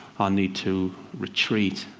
ah need to retreat